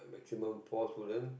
maximum four student